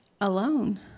alone